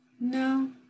no